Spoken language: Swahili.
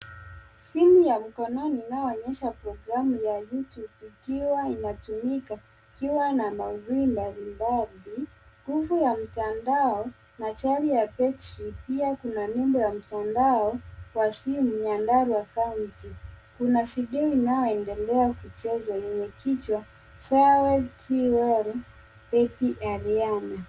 Simu ya mkononi inayoonyesha prokramu ya YouTube ikiwa inatumika ikiwa na maudhui mbalimbali. Nguvu ya mtandao na chaki ya betri pia kuna nembo ya mtandao kwa simu nyandarwa county kuna video inayoendelea kuchezwa yenye kichwa fair well thee well backy Ariana.